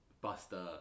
Buster